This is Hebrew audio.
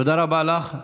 תודה רבה לך.